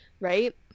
right